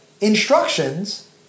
instructions